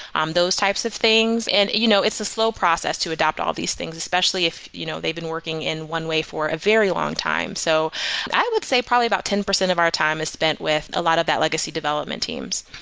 um those types of things. and you know it's a slow process to adopt all these things, especially if you know they've been working in one way for a very long time. so i would say, probably about ten percent of our time is spent with a lot of that legacy development teams